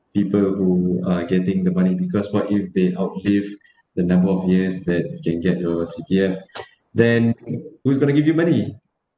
people who are getting the money because what you've been out-lived the number of years that can get your C_P_F then who's going to give you money